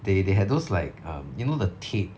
they they had those like um you know the tape